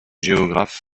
géographe